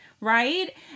right